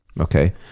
okay